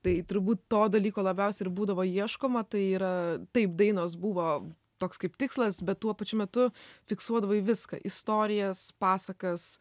tai turbūt to dalyko labiausiai ir būdavo ieškoma tai yra taip dainos buvo toks kaip tikslas bet tuo pačiu metu fiksuodavai viską istorijas pasakas